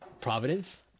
providence